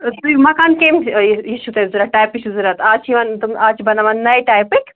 تُہۍ مکان کَمہِ یہِ یہِ چھُو تۄہہِ ضروٗرت ٹایپہٕ چھُ ضروٗرت اَز چھِ یِوان اَز چھِ بناوان نَیہِ ٹایپٕکۍ